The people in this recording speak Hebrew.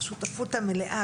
השותפות המלאה,